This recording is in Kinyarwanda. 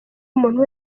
umuntu